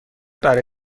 برای